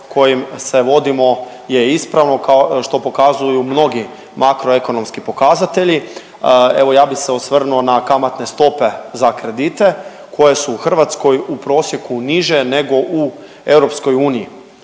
kojim se vodimo je ispravno kao što pokazuju mnogi makroekonomski pokazatelji. Evo ja bi se osvrnuo na kamatne stope za kredite koje su u Hrvatskoj u prosjeku niže nego u EU